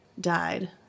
died